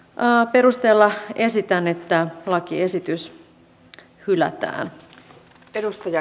tällä perusteella esitän että lakiesitys hylätään